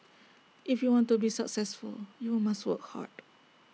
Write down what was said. if you want to be successful you must work hard